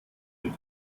mit